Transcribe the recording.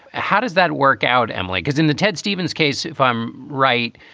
how does that work out, emily? because in the ted stevens case, if i'm right,